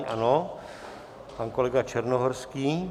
Ano, pan kolega Černohorský.